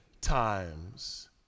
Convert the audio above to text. times